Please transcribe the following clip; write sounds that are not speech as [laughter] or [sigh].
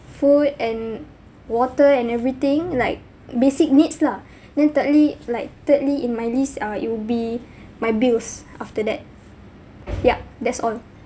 food and water and everything like basic needs lah [breath] then thirdly like thirdly in my list uh it'll be my bills after that ya that's all